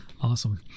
awesome